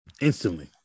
instantly